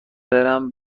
برم